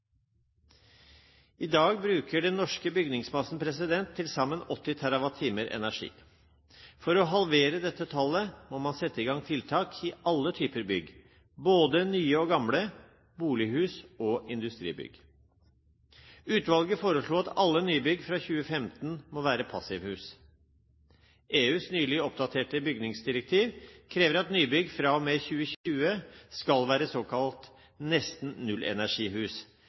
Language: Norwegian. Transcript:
I dag bruker den norske bygningsmassen til sammen 80 TWh energi. For å halvere dette tallet må man sette i gang tiltak i all typer bygg, både nye og gamle bolighus og industribygg. Utvalget foreslo at alle nybygg fra 2015 må være passivhus. EUs nylig oppdaterte bygningsdirektiv krever at nybygg fra og med 2020 skal være såkalte nesten nullenergihus,